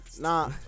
nah